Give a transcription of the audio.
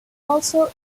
also